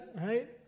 Right